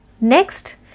Next